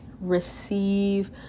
receive